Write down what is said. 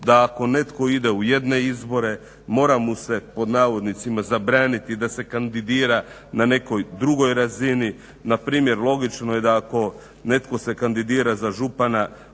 da ako netko ide u jedne izbore mora mu se "zabraniti" da se kandidira na nekoj drugoj razini. Npr. logično je da ako netko se kandidira za župana